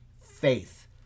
faith